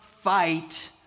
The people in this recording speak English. fight